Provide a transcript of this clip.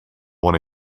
want